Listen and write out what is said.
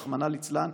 רחמנא ליצלן,